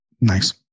Nice